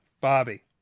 Bobby